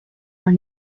were